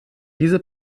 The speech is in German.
diese